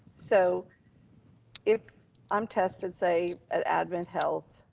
so if i'm tested, say at advent health,